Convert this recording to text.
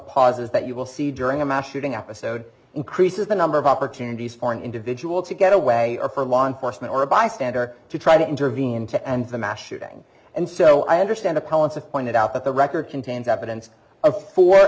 pauses that you will see during a mass shooting episode increases the number of opportunities for an individual to get away or for law enforcement or a bystander to try to intervene to end the mass shooting and so i understand the columns of pointed out that the record contains evidence of four